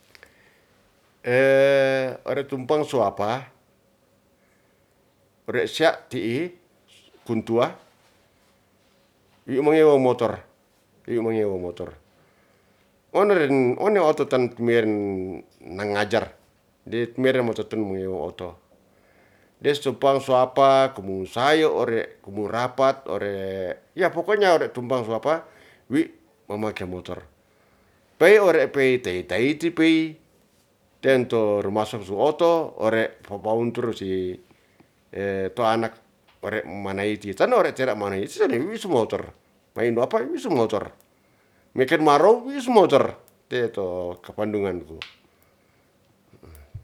Ore tumpang suapa re sya' ti'i kuntua yi' monyewa motor, monyewa motor one ren one ototan tumeren nangajar ded mere mototun monyewa oto, des supang suapa kumung sayor, ore kumu rapat, ore ya' pokonya ore tumpang suapa wi nanake motor pei ore pei tei taiti pei tentu ru masuk su oto ore papawunturusi to anak ore maniti tan ore tera manaisi su motor paindo apa ini su motor, meken marow wi su motor teto kapandunganku